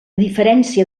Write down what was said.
diferència